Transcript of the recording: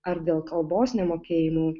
ar dėl kalbos nemokėjimų